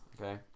Okay